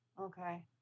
Okay